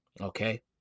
Okay